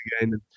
again